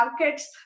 markets